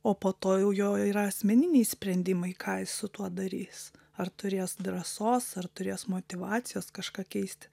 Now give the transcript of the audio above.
o po to jau jo yra asmeniniai sprendimai ką jis su tuo darys ar turės drąsos ar turės motyvacijos kažką keisti